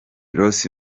ross